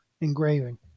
engraving